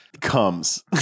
comes